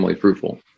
fruitful